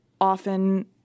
often